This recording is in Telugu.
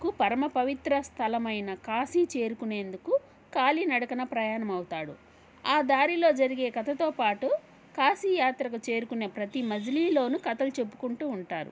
కు పరమ పవిత్ర స్థలమైన కాశీ చేరుకునేందుకు కాలి నడకన ప్రయాణం అవుతాడు ఆ దారిలో జరిగే కథతో పాటు కాశీ యాత్రకు చేరుకునే కాశీ మజిలీలోను కథలు చెప్పుకుంటు ఉంటారు